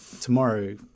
Tomorrow